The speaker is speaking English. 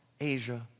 Asia